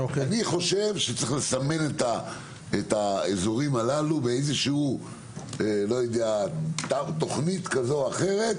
אני חושב שצריך לסמן את האזורים הללו באיזה שהוא תכנית כזו או אחרת,